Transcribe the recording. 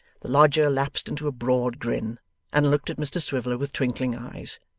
the lodger lapsed into a broad grin and looked at mr swiveller with twinkling eyes.